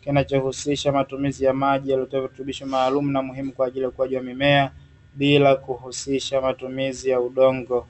kinacho husisha matumizi ya maji yaletayo vilutubisho maalumu na muhimu kwa ajili ya ukuaji wa mimea bila kuhusisha matumizi ya udongo.